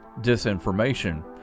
disinformation